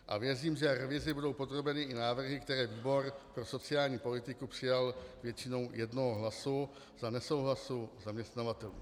A věřím, že revizi budou podrobeny i návrhy, které výbor pro sociální politiku přijal většinou jednoho hlasu za nesouhlasu zaměstnavatelů.